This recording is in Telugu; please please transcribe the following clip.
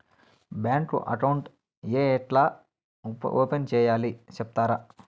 బ్యాంకు అకౌంట్ ఏ ఎట్లా ఓపెన్ సేయాలి సెప్తారా?